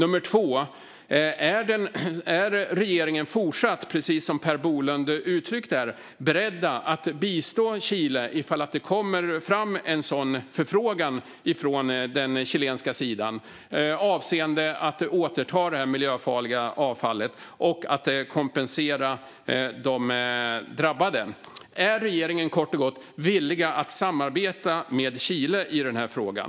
Är regeringen fortsatt, som Per Bolund uttryckte det, beredd att bistå Chile ifall det kommer en förfrågan från den chilenska sidan avseende att återta detta miljöfarliga avfall och kompensera de drabbade? Är regeringen kort och gott villig att samarbeta med Chile i den här frågan?